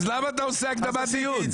אז למה את עושה הקדמת דיון?